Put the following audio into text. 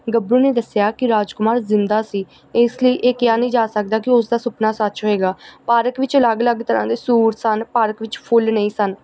ਗੱਬਰੂ ਨੇ ਦੱਸਿਆ ਕੀ ਰਾਜਕੁਮਾਰ ਜ਼ਿੰਦਾ ਸੀ ਇਸ ਲਈ ਇਹ ਕਿਹਾ ਨਹੀਂ ਜਾ ਸਕਦਾ ਕਿ ਉਸ ਦਾ ਸੁਪਨਾ ਸੱਚ ਹੋਵੇਗਾ ਪਾਰਕ ਵਿੱਚ ਅਲੱਗ ਅਲੱਗ ਤਰ੍ਹਾਂ ਦੇ ਸੂਰ ਸਨ ਪਾਰਕ ਵਿੱਚ ਫੁੱਲ ਨਹੀਂ ਸਨ